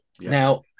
Now